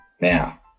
Now